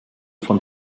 von